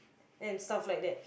and stuff like that